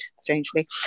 strangely